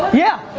yeah,